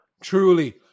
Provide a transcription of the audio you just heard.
Truly